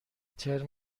ترم